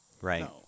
Right